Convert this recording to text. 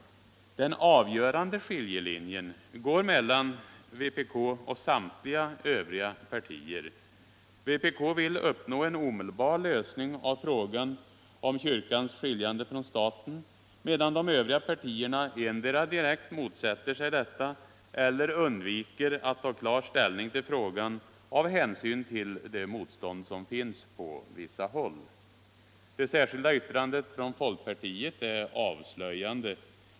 Den avgörande skiljelinjen går emellertid mellan vpk och samtliga övriga partier. Vpk vill uppnå en omedelbar lösning av frågan och kyrkans skiljande från staten, medan de övriga partierna endera direkt motsätter sig detta eller undviker att ta klar ställning till frågan av hänsyn till det motstånd som finns på vissa håll. Det särskilda yttrandet från folkpartiet är avslöjande.